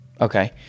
Okay